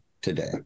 today